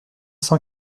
cent